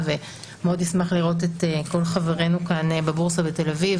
ומאוד נשמח לראות את כל חברינו כאן בבורסה בתל אביב,